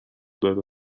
داره